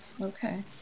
Okay